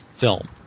film